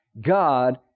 God